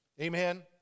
Amen